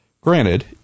Granted